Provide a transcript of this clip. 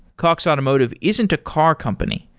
cox automotive isn't a car company.